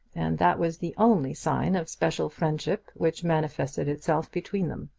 and that was the only sign of special friendship which manifested itself between them.